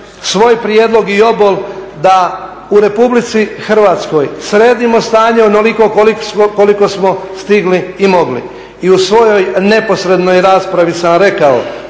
svoj prijedlog i obol da u Republici Hrvatskoj sredimo stanje onoliko koliko smo stigli i mogli. I u svojoj neposrednoj raspravi sam rekao